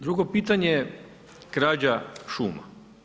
Drugo pitanje, krađa šuma.